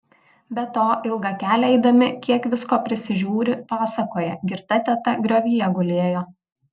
be to ilgą kelią eidami kiek visko prisižiūri pasakoja girta teta griovyje gulėjo